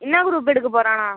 என்ன குரூப் எடுக்கப் போகிறானா